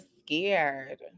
scared